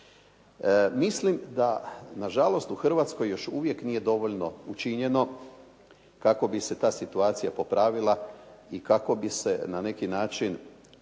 Mislim da nažalost u Hrvatskoj još uvijek nije dovoljno učinjeno kako bi se ta situacija popravila i kako bi se na neki način ta nejaka